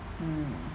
hmm